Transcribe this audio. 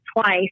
twice